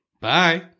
bye